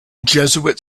jesuit